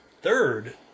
third